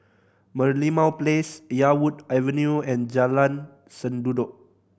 Merlimau Place Yarwood Avenue and Jalan Sendudok